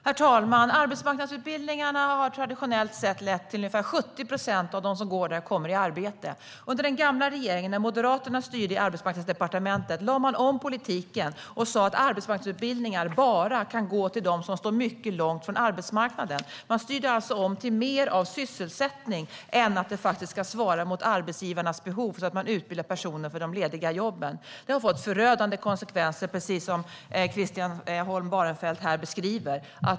Herr talman! Arbetsmarknadsutbildningarna har traditionellt sett lett till att ungefär 70 procent av dem som går där kommer i arbete. Den gamla regeringen, när Moderaterna styrde på Arbetsmarknadsdepartementet, lade om politiken och sa att arbetsmarknadsutbildningar bara kunde gå till dem som står mycket långt från arbetsmarknaden. Alliansen styrde alltså om till mer av sysselsättning än till att faktiskt utbilda personer för de lediga jobben och svara mot arbetsgivarnas behov. Det har fått förödande konsekvenser, precis som Christian Holm Barenfeld beskriver.